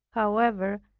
however,